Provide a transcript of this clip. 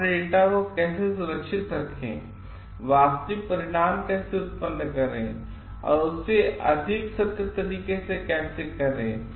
तो अपने डेटा को कैसे सुरक्षित रखें वास्तविक परिणाम कैसे उत्पन्न करें और इसे अधिक सत्य तरीके से कैसे करें